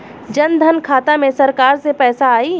जनधन खाता मे सरकार से पैसा आई?